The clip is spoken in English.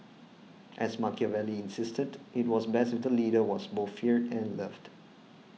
as Machiavelli insisted it was best if the leader was both feared and loved